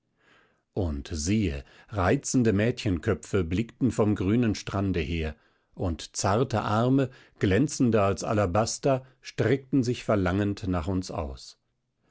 und siehe reizende mädchenköpfe blickten vom grünen strande her und zarte arme glänzender als alabaster streckten sich verlangend nach uns aus